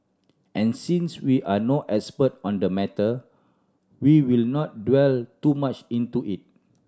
and since we are no expert on the matter we will not delve too much into it